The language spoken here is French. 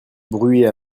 bruit